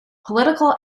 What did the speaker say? political